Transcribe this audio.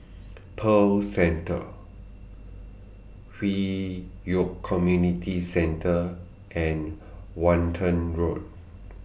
Pearl Centre Hwi Yoh Community Centre and Walton Road